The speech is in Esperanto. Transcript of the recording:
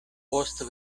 post